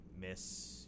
miss –